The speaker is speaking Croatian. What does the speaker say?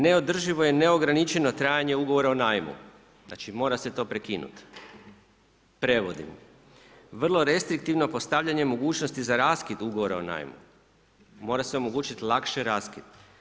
Neodrživo je neograničeno trajanje ugovora o najmu, znači mora se to prekinuti, prevodim, vrlo restriktivno postavljanje mogućnosti za raskid ugovora o najmu, mora se omogućiti lakše raskid.